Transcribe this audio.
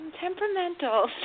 temperamental